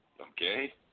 okay